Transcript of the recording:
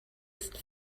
ist